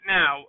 now